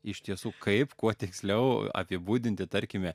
iš tiesų kaip kuo tiksliau apibūdinti tarkime